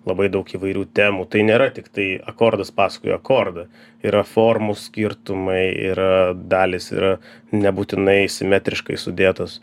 labai daug įvairių temų tai nėra tiktai akordas paskui akordą yra formų skirtumai yra dalys yra nebūtinai simetriškai sudėtos